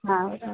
రా